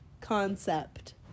concept